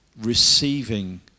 receiving